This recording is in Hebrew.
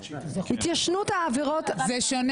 זה שונה